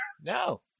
No